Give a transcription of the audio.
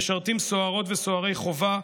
משרתים סוהרות וסוהרי חובה,